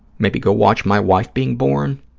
maybe go watch my wife being born,